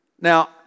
Now